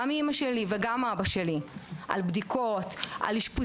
גם אימא שלי וגם אבא שלי, על בדיקות ואשפוזים.